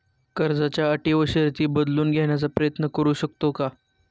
कर्जाच्या अटी व शर्ती बदलून घेण्याचा प्रयत्न करू शकतो का?